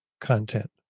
content